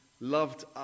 loved